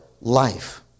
life